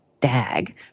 dag